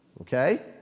Okay